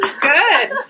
Good